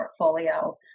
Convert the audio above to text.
portfolio